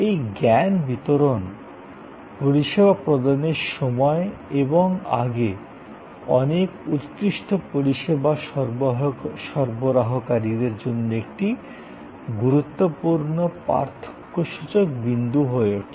এই জ্ঞান বিতরণ পরিষেবা প্রদানের সময় এবং আগে অনেক উৎকৃষ্ট পরিষেবা সরবরাহকারীদের জন্য একটি গুরুত্বপূর্ণ পার্থক্যসূচক বিন্দু হয়ে ওঠে